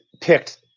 picked